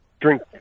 drink